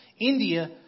India